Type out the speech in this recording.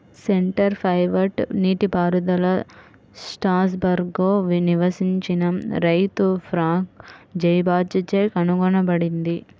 centre pivot నీటిపారుదల స్ట్రాస్బర్గ్లో నివసించిన రైతు ఫ్రాంక్ జైబాచ్ చే కనుగొనబడింది